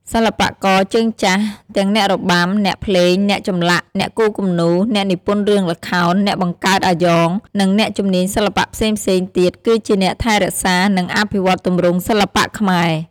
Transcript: សិល្បករជើងចាស់ ទាំងអ្នករបាំ អ្នកភ្លេង អ្នកចម្លាក់ អ្នកគូរគំនូរ អ្នកនិពន្ធរឿងល្ខោន អ្នកបង្កើតអាយ៉ង និងអ្នកជំនាញសិល្បៈផ្សេងៗទៀតគឺជាអ្នកថែរក្សា និងអភិវឌ្ឍទម្រង់សិល្បៈខ្មែរ។